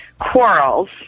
quarrels